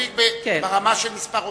אז, הוא מחריג ברמה של כמה עובדים.